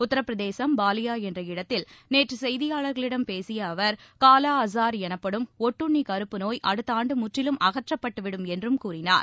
உத்தரபிரதேசம் பாலியா என்ற இடத்தில் நேற்று செய்தியாளர்களிடம் பேசிய அவர் காலா அஜார் எனப்படும் ஒட்டுண்ணி கறுப்பு நோய் அடுத்தாண்டு முற்றிலும் அகற்றப்பட்டுவிடும் என்றும் கூறினார்